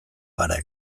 gara